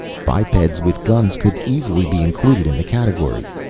bipeds with guns could easily be included in the category.